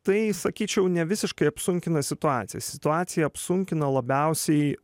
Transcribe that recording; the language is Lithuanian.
tai sakyčiau ne visiškai apsunkina situaciją situaciją apsunkina labiausiai